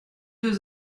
deux